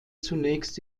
zunächst